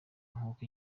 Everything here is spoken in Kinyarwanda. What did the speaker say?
nk’uko